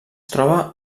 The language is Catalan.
troba